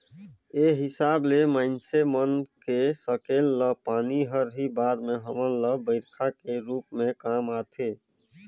ए हिसाब ले माइनसे मन के सकेलल पानी हर ही बाद में हमन ल बईरखा के रूप में काम आथे